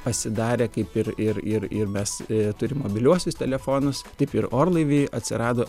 pasidarė kaip ir ir ir ir mes turim mobiliuosius telefonus taip ir orlaivy atsirado